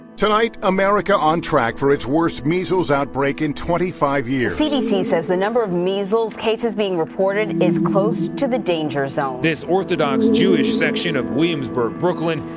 tonight, america on track for its worst measles outbreak in twenty five years the cdc says the number of measles cases being reported is close to the danger zone this orthodox jewish section of williamsburg, brooklyn,